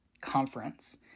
conference